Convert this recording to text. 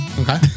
Okay